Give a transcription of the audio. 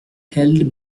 held